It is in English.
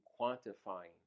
quantifying